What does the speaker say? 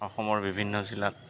অসমৰ বিভিন্ন জিলাত